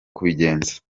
kubigenza